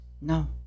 No